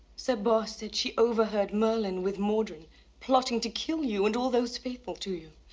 sir boss said she overheard merlin with mordred plotting to kill you and all those faithful to you.